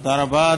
תודה רבה.